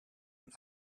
een